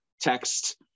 text